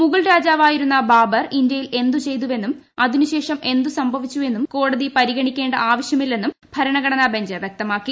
മുഗൾ രാജാവായിരുന്ന ബാബർ ഇന്ത്യയിൽ എന്തു ചെയ്തുവെന്നും അതിനുശേഷം എന്തു സംഭവിച്ചുവെന്നും കോടതി പരിഗണിക്കേണ്ട ആവശ്യമില്ലെന്നും ഭരണഘടനാ ബൃഞ്ച് വ്യക്തമാക്കി